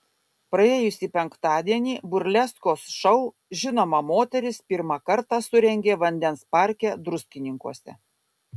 praėjusį penktadienį burleskos šou žinoma moteris pirmą kartą surengė vandens parke druskininkuose